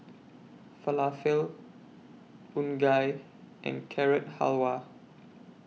Falafel Unagi and Carrot Halwa